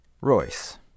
Royce